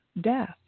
death